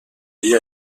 lié